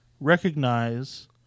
recognize